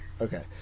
Okay